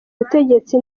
ubutegetsi